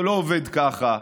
זה לא עובד ככה.